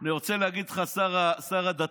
אני רוצה להגיד לך, שר הדתות,